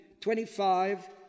25